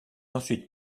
ensuite